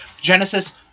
Genesis